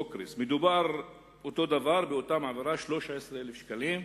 מדובר באותה עבירה, 13,000 שקלים,